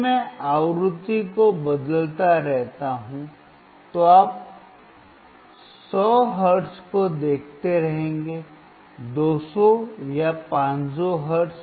यदि मैं आवृत्ति को बदलता रहता हूं तो आप 100 हर्ट्ज को देखते रहेंगे 200 या 500 हर्ट्ज